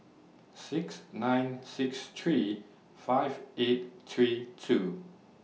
six nine six three five eight three two